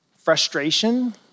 frustration